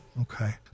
Okay